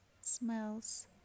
smells